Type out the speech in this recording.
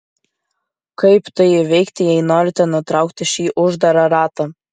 kaip tai įveikti jei norite nutraukti šį uždarą ratą